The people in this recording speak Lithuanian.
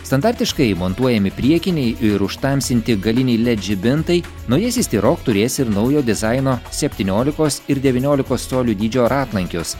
standartiškai montuojami priekiniai ir užtamsinti galiniai led žibintai naujasis tyrok turės ir naujo dizaino septyniolikos ir devyniolikos colių dydžio ratlankius